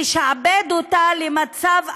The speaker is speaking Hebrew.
לשעבד אותה למצב איום,